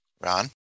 Ron